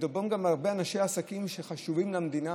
מדובר גם בהרבה אנשי עסקים שחשובים למדינה,